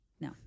No